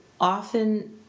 often